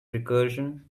recursion